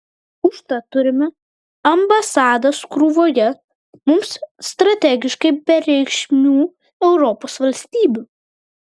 užtat turime ambasadas krūvoje mums strategiškai bereikšmių europos valstybių